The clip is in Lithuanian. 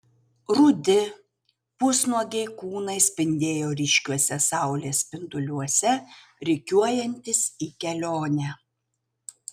rudi pusnuogiai kūnai spindėjo ryškiuose saulės spinduliuose rikiuojantis į kelionę